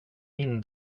min